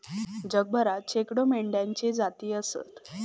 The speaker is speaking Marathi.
जगभरात शेकडो मेंढ्यांच्ये जाती आसत